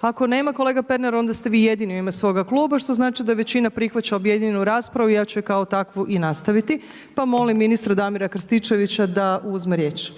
Ako nema, kolega Pernar onda ste vi jedini u ime svoga kluba što znači da većina prihvaća objedinjenu raspravu i ja ću je kao takvu i nastaviti. Pa molim ministra Damira Krstičevića da uzme riječ.